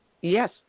Yes